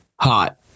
Hot